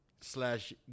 slash